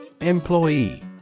Employee